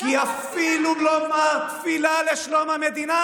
כמה, כי אפילו לומר תפילה לשלום המדינה